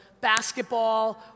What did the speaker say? basketball